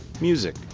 music